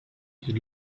you